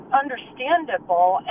understandable